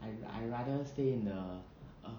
I I rather stay in the err